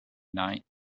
night